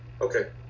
Okay